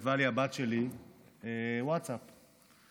כתבה לי הבת שלי ווטסאפ ב-01:00.